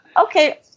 Okay